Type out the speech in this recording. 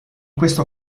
questo